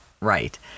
right